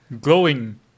glowing